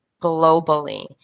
globally